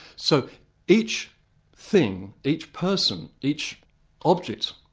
so each thing, each person, each object,